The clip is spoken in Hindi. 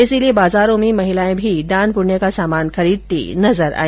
इसीलिए बाजारों में महिलाएं भी दानपुण्य का सामान खरीदती नजर आई